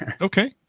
Okay